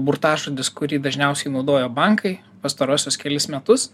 burtažodis kurį dažniausiai naudojo bankai pastaruosius kelis metus